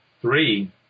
Three